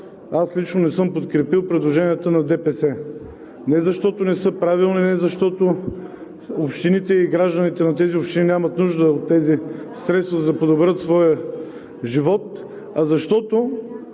аз лично не съм подкрепил предложенията на ДПС. Не защото не са правилни, не защото общините и гражданите на тези общини нямат нужда от средствата, за да подобрят своя живот, а защото